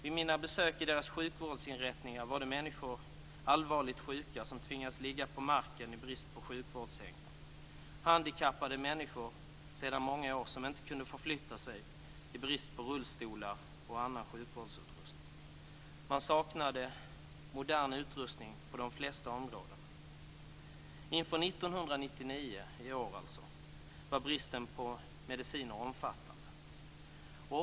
Vid mina besök i deras sjukvårdsinrättningar såg jag allvarligt sjuka människor som tvingades ligga på marken i brist på sjukvårdssängar. Människor som var handikappade sedan många år kunde inte förflytta sig i brist på rullstolar och annan sjukvårdsutrustning. Man saknade modern utrustning på de flesta områden. Inför 1999 - i år, alltså - var bristen på mediciner omfattande.